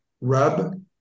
Rub